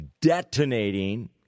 detonating